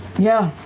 yeah?